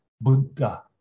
Buddha